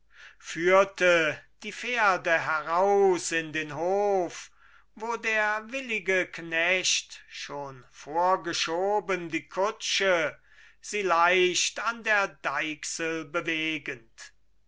führte die pferde heraus in den hof wo der willige knecht schon vorgeschoben die kutsche sie leicht an der deichsel bewegend